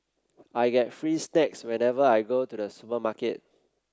I get free snacks whenever I go to the supermarket